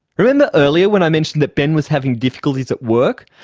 remember earlier when i mentioned that ben was having difficulties at work?